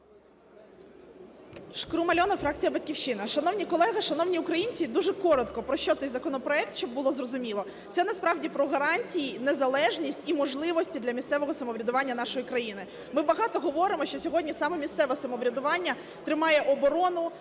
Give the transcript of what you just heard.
Шкрум Альона, фракція "Батьківщина". Шановні колеги, шановні українці! Дуже коротко, про що цей законопроект, щоб було зрозуміло. Це насправді про гарантії, незалежність і можливості для місцевого самоврядування нашої країни. Ми багато говоримо, що сьогодні саме місцеве самоврядування тримає оборону,